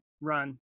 run